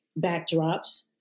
backdrops